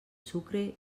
sucre